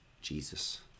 Jesus